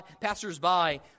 passers-by